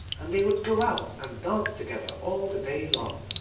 and they would go out and dance together all the day long.